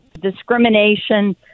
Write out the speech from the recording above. discrimination